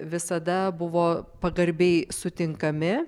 visada buvo pagarbiai sutinkami